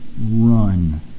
run